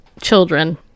children